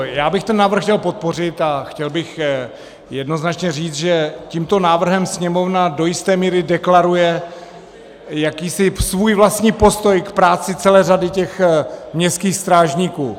Já bych ten návrh chtěl podpořit a chtěl bych jednoznačně říci, že tímto návrhem Sněmovna do jisté míry deklaruje jakýsi svůj vlastní postoj k práci celé řady městských strážníků.